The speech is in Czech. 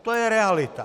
To je realita.